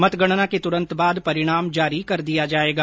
मतगणना के तुरंत बाद परिणाम जारी कर दिया जायेगा